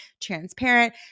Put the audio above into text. transparent